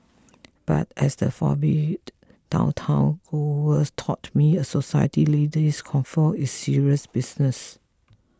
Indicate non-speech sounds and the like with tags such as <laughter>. but as the <unintelligible> down town was taught me a society lady's coiffure is serious business